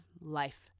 life